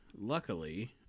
luckily